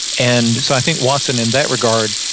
and so i think watson, in that regard,